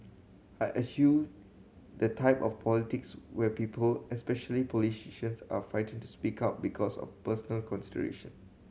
I eschew the type of politics where people especially politicians are frightened to speak up because of personal consideration